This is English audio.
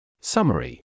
Summary